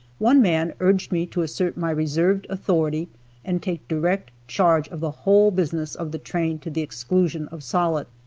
one man urged me to assert my reserved authority and take direct charge of the whole business of the train to the exclusion of sollitt.